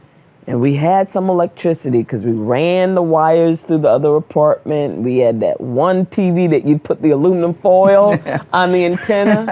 and we had some electricity because we ran the wires through the other apartment, we had that one tv that you put the aluminum foil on the antenna.